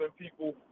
people